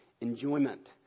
enjoyment